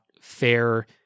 fair